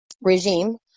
regime